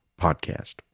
podcast